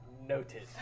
Noted